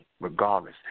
regardless